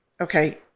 okay